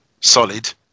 solid